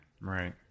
Right